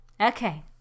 okay